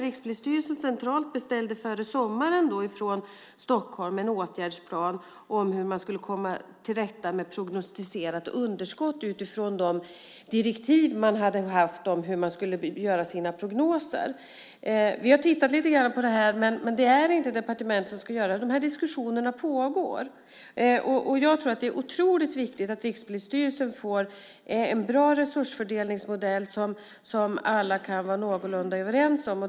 Rikspolisstyrelsen centralt beställde före sommaren från Stockholm en åtgärdsplan över hur man skulle komma till rätta med prognostiserade underskott utifrån de direktiv man hade haft om hur man skulle göra sina prognoser. Vi har tittat lite grann på det här, men det är inte departementet som ska göra detta. De här diskussionerna pågår. Och jag tror att det är otroligt viktigt att Rikspolisstyrelsen får en bra resursfördelningsmodell som alla kan vara någorlunda överens om.